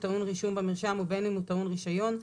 טעון רישום במרשם ובין אם הוא טעון רישיון,